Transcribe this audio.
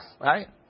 right